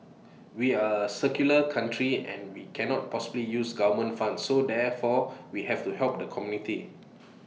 we are A secular country and we cannot possibly use government funds so therefore we have to help the community